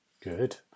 Good